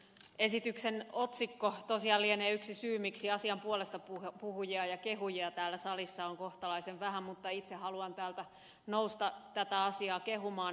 esityksen otsikko tosiaan lienee yksi syy miksi asian puolestapuhujia ja kehujia täällä salissa on kohtalaisen vähän mutta itse haluan täältä nousta tätä asiaa kehumaan